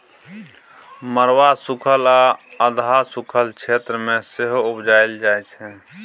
मरुआ सुखल आ अधहा सुखल क्षेत्र मे सेहो उपजाएल जाइ छै